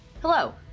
Hello